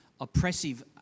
oppressive